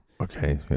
Okay